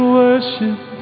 worship